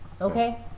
Okay